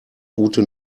ute